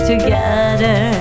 Together